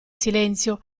silenzio